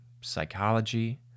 psychology